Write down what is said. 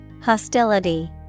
Hostility